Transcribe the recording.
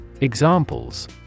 Examples